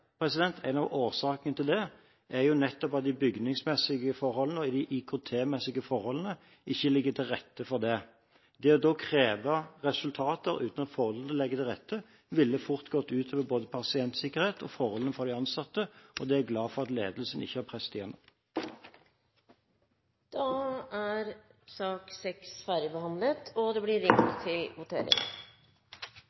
Nei, en av årsakene til det er jo nettopp at de bygningsmessige forholdene og de IKT-messige forholdene ikke legger til rette for det. Det å kreve resultater uten at forholdene legger til rette for det, ville fort gått ut over både pasientsikkerhet og forholdene for de ansatte. Det er jeg glad for at ledelsen ikke har presset gjennom. Da er sak nr. 6 ferdigbehandlet.